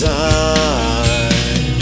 time